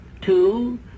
Two